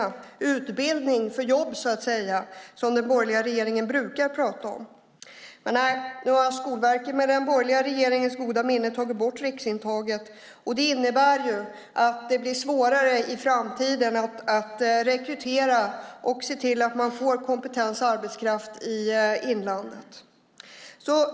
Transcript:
Det handlar om utbildning för jobb, så att säga, som den borgerliga regeringen brukar prata om. Men nej, nu har Skolverket med den borgerliga regeringens goda minne tagit bort riksintaget. Det innebär att det blir svårare i framtiden att rekrytera och se till att man får kompetens och arbetskraft i inlandet.